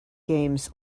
games